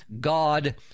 god